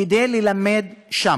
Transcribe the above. כדי ללמד שם.